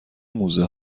موزه